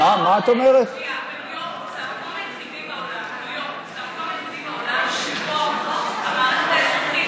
ניו יורק זה המקום היחיד בעולם שבו המערכת האזרחית